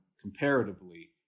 comparatively